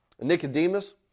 Nicodemus